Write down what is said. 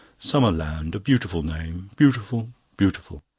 summer land. a beautiful name. beautiful beautiful.